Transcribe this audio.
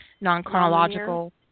non-chronological